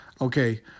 Okay